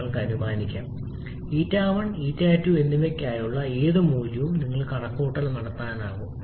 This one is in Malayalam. നിങ്ങൾക്ക് അനുമാനിക്കാം η1 η2 എന്നിവയ്ക്കായുള്ള ഏത് മൂല്യവും നിങ്ങൾക്ക് കണക്കുകൂട്ടൽ നടത്താനാകും